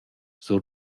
sur